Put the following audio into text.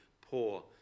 poor